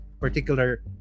particular